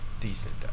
decent